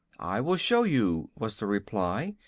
i will show you, was the reply.